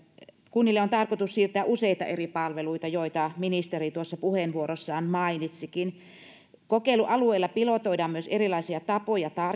kunnille on tarkoitus siirtää useita eri palveluita joita ministeri tuossa puheenvuorossaan mainitsikin kokeilualueilla pilotoidaan myös erilaisia tapoja